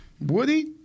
Woody